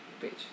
page